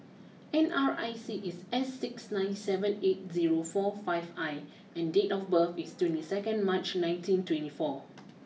N R I C is S six nine seven eight zero four five I and date of birth is twenty second March nineteen twenty four